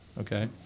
okay